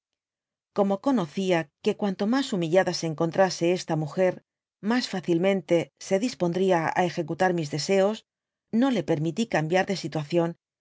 gomo oonocia que cuanto mas humillada se en contrase esta múger mas fácilmente se dispondría á ejecutar mis deseos no le permití cam biar de